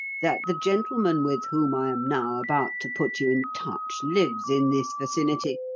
that the gentleman with whom i am now about to put you in touch lives in this vicinity,